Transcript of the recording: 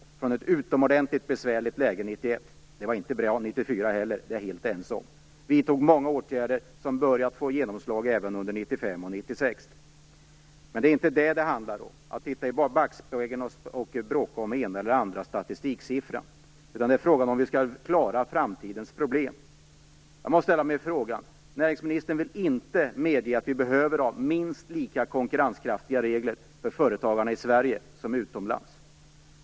Läget var utomordentligt besvärligt 1991, och det var inte bra 1994 heller - jag är helt ense med näringsministern om det. Vi vidtog många åtgärder, som har börjat få genomslag även under 1995 och 1996. Men det handlar nu inte om att titta i backspegeln och bråka om den ena eller andra statistiksiffran, utan det är fråga om hur vi skall klara av framtidens problem. Näringsministern vill inte medge att vi för företagarna i Sverige behöver ha minst lika konkurrenskraftiga regler som gäller för företagarna utomlands.